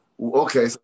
okay